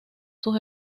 sus